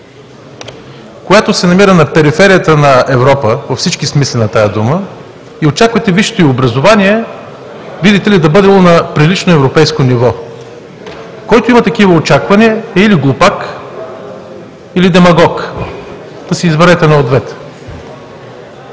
която се намира на периферията на Европа, във всеки смисъл на тази дума, и очаквате висшето ѝ образование, видите ли, да бъдело на прилично европейско ниво? Който има такива очаквания, е или глупак, или демагог – да си изберете едно от